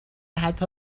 حتی